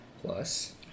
Plus